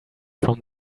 from